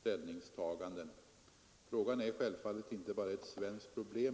ställningstaganden. Självfallet är detta inte bara ett svenskt problem.